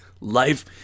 life